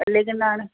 लेकिनि हाणे